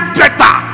better